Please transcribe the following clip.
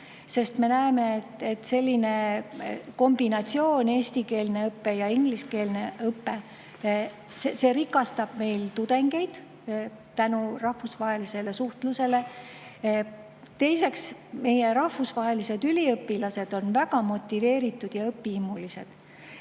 sest me näeme, et selline kombinatsioon, eestikeelne õpe ja ingliskeelne õpe, rikastab tudengeid, meil on rahvusvaheline suhtlus. Teiseks, meie rahvusvahelised üliõpilased on väga motiveeritud ja õpihimulised.